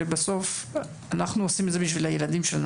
ובסוף, אנחנו עושים את זה בשביל הילדים שלנו.